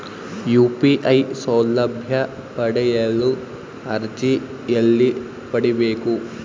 UPI ಸೌಲಭ್ಯ ಪಡೆಯಲು ಅರ್ಜಿ ಎಲ್ಲಿ ಪಡಿಬೇಕು?